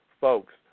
folks